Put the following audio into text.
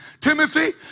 timothy